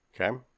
Okay